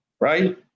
right